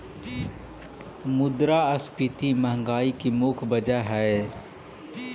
मुद्रास्फीति महंगाई की मुख्य वजह हई